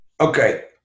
Okay